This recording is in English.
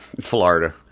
Florida